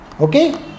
Okay